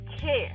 care